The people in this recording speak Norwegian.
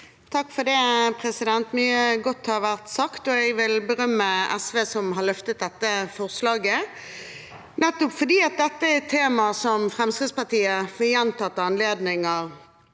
(FrP) Mye godt har vært sagt, og jeg vil berømme SV, som har løftet dette forslaget, nettopp fordi dette er et tema som Fremskrittspartiet ved gjentatte anledninger